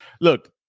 look